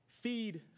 feed